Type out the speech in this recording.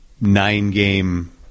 nine-game